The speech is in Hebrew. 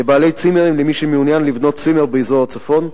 לבעלי צימרים ולמי שמעוניין לבנות צימר באזור הצפון.